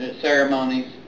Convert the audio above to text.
ceremonies